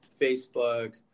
Facebook